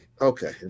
okay